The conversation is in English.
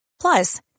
Plus